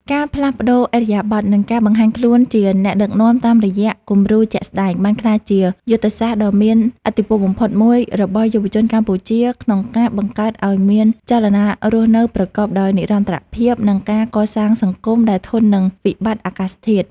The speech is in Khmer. ការផ្លាស់ប្តូរឥរិយាបថ និងការបង្ហាញខ្លួនជាអ្នកដឹកនាំតាមរយៈគំរូជាក់ស្តែង បានក្លាយជាយុទ្ធសាស្ត្រដ៏មានឥទ្ធិពលបំផុតមួយរបស់យុវជនកម្ពុជា ក្នុងការបង្កើតឱ្យមានចលនារស់នៅប្រកបដោយនិរន្តរភាព និងការកសាងសង្គមដែលធន់នឹងវិបត្តិអាកាសធាតុ។